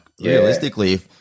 realistically